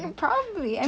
probably I mean